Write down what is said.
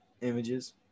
images